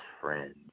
friends